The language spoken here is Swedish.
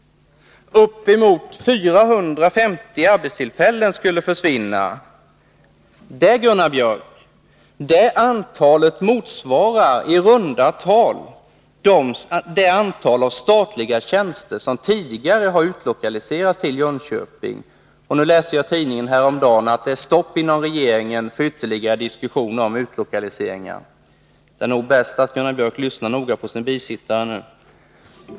Uppemot 450 arbetstillfällen skulle försvinna. Det antalet motsvarar i runda tal det antal statliga tjänster som tidigare har utlokaliserats till Jönköping. Jag läste i tidningen häromdagen att det är stopp inom regeringen för ytterligare diskussion om utlokaliseringar. Det är nog bäst att Gunnar Björk lyssnar noga på sin bisittare nu.